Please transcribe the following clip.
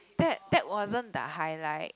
that that wasn't the highlight